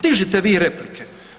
Dižite vi replike.